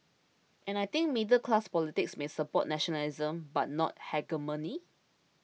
and I think middle class politics may support nationalism but not hegemony